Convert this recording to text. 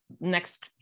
next